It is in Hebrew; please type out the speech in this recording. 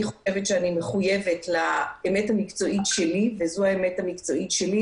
אני חושבת שאני מחויבת לאמת המקצועית שלי וזו האמת המקצועית שלי.